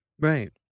Right